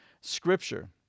Scripture